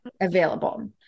available